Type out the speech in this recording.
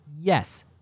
Yes